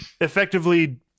effectively